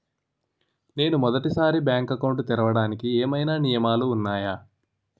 నేను మొదటి సారి బ్యాంక్ అకౌంట్ తెరవడానికి ఏమైనా నియమాలు వున్నాయా?